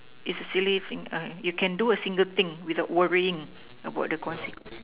it's a silly thing you can do a single thing without worrying about the consequences